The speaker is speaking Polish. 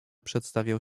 przedstawiał